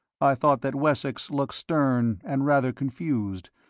i thought that wessex looked stern and rather confused,